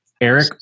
Eric